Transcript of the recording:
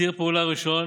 ציר פעולה ראשון: